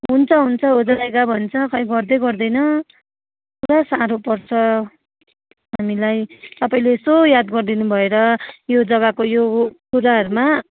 हुन्छ हुन्छ हो जाएगा भन्छ खै गर्दै गर्दैन पुरा साह्रो पर्छ हामीलाई तपाईँले यसो याद गरिदिनु भएर यो जग्गाको यो हो कुराहरूमा